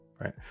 right